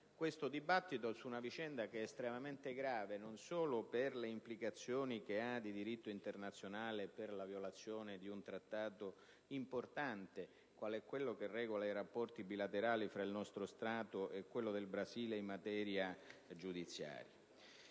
nostro esame - su una vicenda estremamente grave, non solo per le implicazioni che ha sul piano del diritto internazionale e per la violazione di un Trattato importante, quale quello che regola i rapporti bilaterali tra il nostro Paese ed il Brasile in materia giudiziaria,